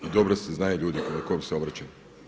Dobro se znaju ljudi kom se obraćam.